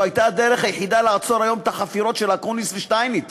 הייתה הדרך לעצור היום את החפירות של אקוניס ושטייניץ